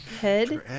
Head